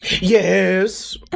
Yes